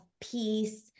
peace